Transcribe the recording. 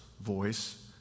voice